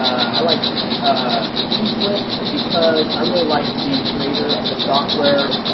i like ah eflip because i really like the creator of the software.